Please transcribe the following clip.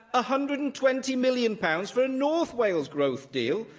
ah hundred and twenty million pounds for a north wales growth deal,